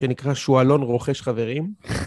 שנקרא שואלון רוחש חברים.